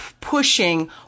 pushing